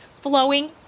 flowing